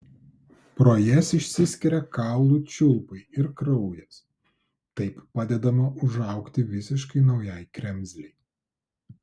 pro jas išsiskiria kaulų čiulpai ir kraujas taip padedama užaugti visiškai naujai kremzlei